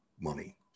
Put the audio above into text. money